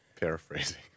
Paraphrasing